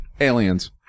Aliens